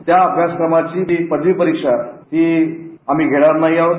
या अभ्यासक्रमाची पदवी परीक्षा हि आम्ही घेणार नाही आहोत